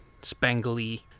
spangly